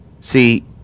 See